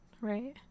Right